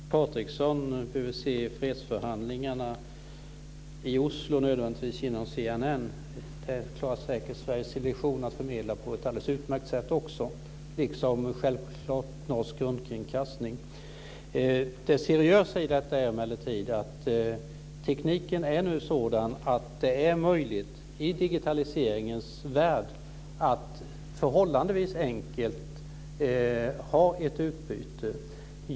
Fru talman! Jag tror inte att Runar Patriksson behöver se fredsförhandlingarna i Oslo via CNN. Jag tror säkert att Sveriges television förmedlar detta på ett alldeles utmärkt sätt, liksom självklart Norsk rikskringkasting. Tekniken är nu sådan, i digitaliseringens värld, att det är förhållandevis enkelt att ha ett utbyte.